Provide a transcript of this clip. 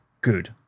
good